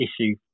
issue